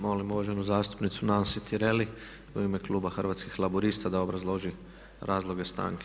Molim uvaženu zastupnicu Nansi Tireli u ime kluba Hrvatskih laburista da obrazloži razloge stanke.